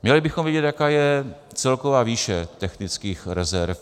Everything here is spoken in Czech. Měli bychom vědět, jaká je celková výše technických rezerv.